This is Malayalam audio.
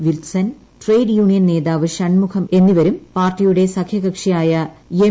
വിത്സൻ ട്രേഡ് യൂണിയൻ നേതാവ് ഷൺമുഖം എന്നിവരും പാർട്ടിയുടെ സഖ്യകക്ഷിയായ എം